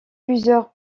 plusieurs